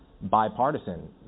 bipartisan